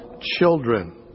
children